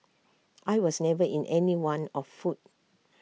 I was never in any want of food